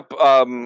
up –